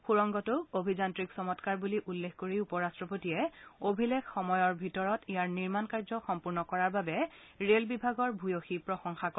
সুংৰগটোক অভিযান্ত্ৰিক চমৎকাৰ বুলি উল্লেখ কৰি উপ ৰাষ্ট্ৰপতিয়ে অভিলেখ সময়ৰ ভিতৰত ইয়াৰ নিৰ্মাণ কাৰ্য সম্পূৰ্ণ কৰাৰ বাবে ৰেল বিভাগৰ ভূয়সী প্ৰশংসা কৰে